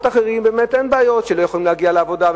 אחרים באמת אין בעיות שלא יכולים להגיע לעבודה.